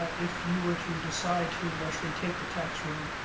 ah if you were to decide to actually take the tax room,